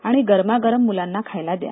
आणि गरमागरम मूलांना खायला घाला